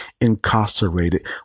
incarcerated